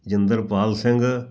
Jinderpal Singh